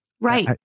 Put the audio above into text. Right